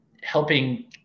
helping